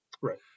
Right